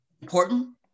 important